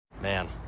Man